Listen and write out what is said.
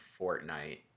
Fortnite